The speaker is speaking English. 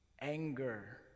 anger